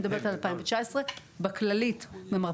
אני מדברת על 2019. זה בכללית במרפאת מבוגרים.